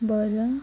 बरं